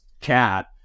cat